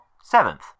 seventh